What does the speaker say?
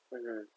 mmhmm